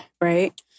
Right